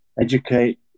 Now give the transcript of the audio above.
educate